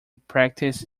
practice